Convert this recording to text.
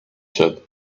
said